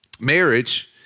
Marriage